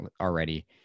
already